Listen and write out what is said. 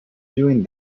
doing